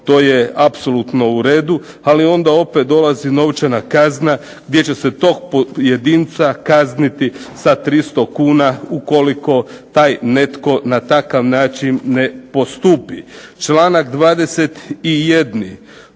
to je apsolutno u redu, ali onda opet dolazi novčana kazna gdje će se tog pojedinca kazniti sa 300 kuna ukoliko taj netko na takav način ne postupi. Članak 21.